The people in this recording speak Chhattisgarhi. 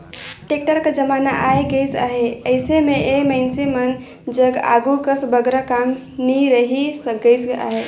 टेक्टर कर जमाना आए गइस अहे, अइसे मे ए मइनसे मन जग आघु कस बगरा काम नी रहि गइस अहे